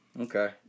Okay